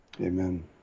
Amen